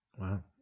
Wow